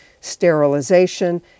sterilization